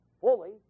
fully